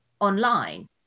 online